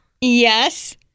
Yes